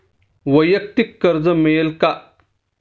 वैयक्तिक कर्ज मिळेल का?